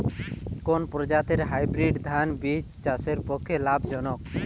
কোন প্রজাতীর হাইব্রিড ধান বীজ চাষের পক্ষে লাভজনক?